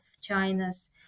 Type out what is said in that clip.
China's